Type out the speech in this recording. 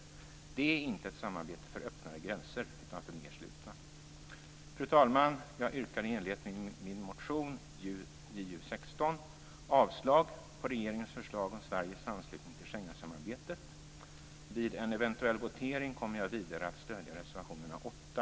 Det är inte ett samarbete för öppnare gränser utan för mer slutna. Fru talman! Jag yrkar i enlighet med min motion Ju16 avslag på regeringens förslag om Sveriges anslutning till Schengensamarbetet. Vid en eventuell votering kommer jag vidare att stödja reservationerna